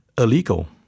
illegal